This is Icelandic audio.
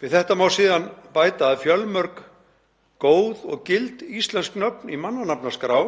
Við þetta má síðan bæta að fjölmörg góð og gild íslensk nöfn í mannanafnaskrá